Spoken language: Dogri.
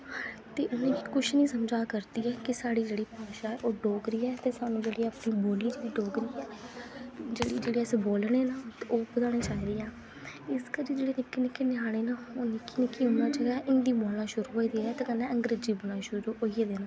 ते उ'नें गी कुछ नेईं समझ आ करदी ऐ कि साढ़ी जेह्ड़ी भाशा ऐ ओह् डोगरी ऐ ते साढ़ी जेह्ड़ी बोल्ली डोगरी ऐ जेह्ड़ी अस बोलने न ओह् भुलानी चाहिदी ऐ इस करी जेह्के निक्के निक्के ञ्यानें न ओह् निक्की निक्की उमरा च गै हिन्दी बोलना शुरू होई गेदे ऐ ते ते कन्नै अंग्रेजी बोलना शुरू होई गेदे ऐ